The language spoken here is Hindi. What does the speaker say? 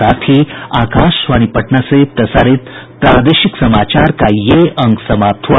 इसके साथ ही आकाशवाणी पटना से प्रसारित प्रादेशिक समाचार का ये अंक समाप्त हुआ